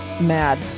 Mad